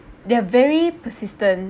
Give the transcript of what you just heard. they're very persistent